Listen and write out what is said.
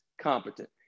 competent